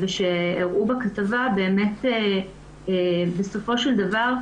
ושהראו בכתבה באמת בסופו של דבר,